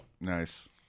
Nice